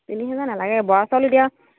তিনি হেজাৰ নালাগে বৰা চাউল এতিয়া